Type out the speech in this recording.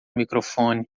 microfone